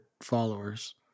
followers